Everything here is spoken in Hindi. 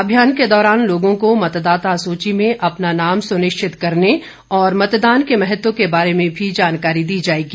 अभियान के दौरान लोगों को मतदाता सूची में अपना नाम सुनिश्चित करने और मतदान के महत्व के बारे में भी जानकारी दी जाएगी